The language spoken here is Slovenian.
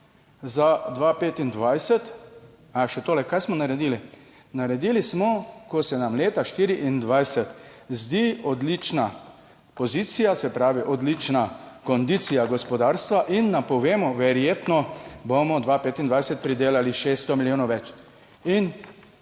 za 2025, aja še tole, kaj smo naredili. Naredili smo, ko se nam leta 2024 zdi odlična pozicija, se pravi odlična kondicija gospodarstva in napovemo, verjetno bomo 2025 pridelali 600 milijonov več. In